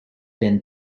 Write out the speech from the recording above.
been